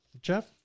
Jeff